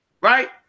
right